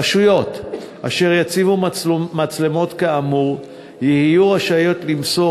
רשויות אשר יציבו מצלמות כאמור יהיו רשאיות למסור